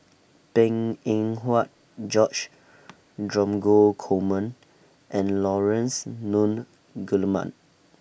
Png Eng Huat George Dromgold Coleman and Laurence Nunns Guillemard